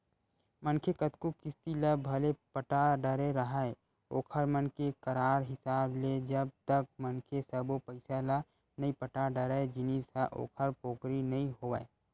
मनखे कतको किस्ती ल भले पटा डरे राहय ओखर मन के करार हिसाब ले जब तक मनखे सब्बो पइसा ल नइ पटा डरय जिनिस ह ओखर पोगरी नइ होवय